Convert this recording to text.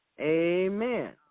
Amen